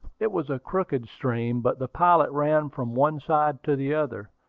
it was a crooked stream, but the pilot ran from one side to the other,